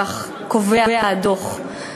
כך קובע הדוח,